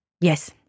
Yes